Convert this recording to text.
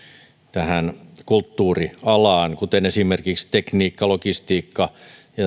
kulttuurialaan kuten esimerkiksi tekniikka logistiikka